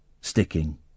sticking